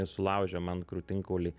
sulaužė man krūtinkaulį